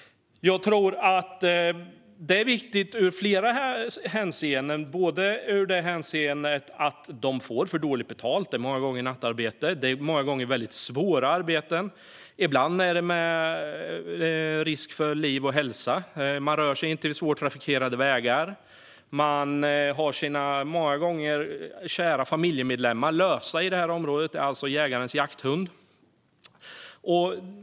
Jag tror att det är viktigt i flera hänseenden, bland annat därför att jägarna får för dåligt betalt. Det är många gånger nattarbete och många gånger ett väldigt svårt arbete. Ibland sker det med risk för liv och hälsa. De rör sig intill hårt trafikerade vägar och har många gånger en kär familjemedlem - alltså jägarens jakthund - lös i detta område.